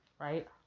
right